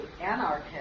anarchist